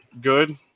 good